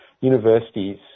Universities